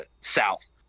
south